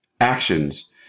actions